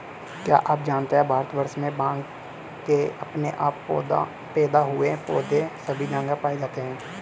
क्या आप जानते है भारतवर्ष में भांग के अपने आप पैदा हुए पौधे सभी जगह पाये जाते हैं?